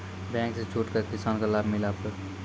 Bank से छूट का किसान का लाभ मिला पर?